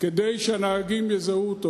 צריך ללבוש אפוד זוהר, כדי שהנהגים יזהו אותו.